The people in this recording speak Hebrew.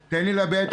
תן לי להביע את עמדתי.